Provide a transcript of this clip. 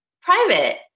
private